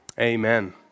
Amen